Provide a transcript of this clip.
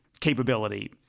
Capability